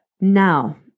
now